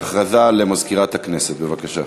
הודעה למזכירת הכנסת, בבקשה.